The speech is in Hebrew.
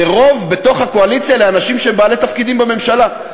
זה בתוך הקואליציה לאנשים שהם בעלי תפקידים בממשלה,